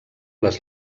les